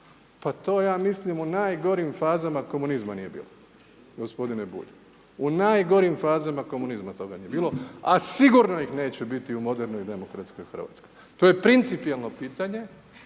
pa to ja mislim u najgorim fazama komunizma nije bilo gospodine Bulj. U najgorim fazama komunizma toga nije bilo. A sigurno ih neće biti u modernoj demokratskoj Hrvatskoj. To je principjelno pitanje.